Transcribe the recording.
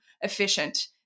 efficient